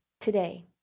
today